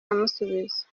amusubiza